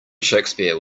shakespeare